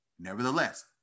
nevertheless